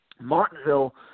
Martinsville –